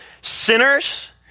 sinners